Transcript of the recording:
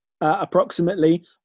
approximately